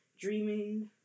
dreaming